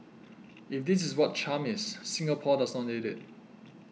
if this is what charm is Singapore does not need it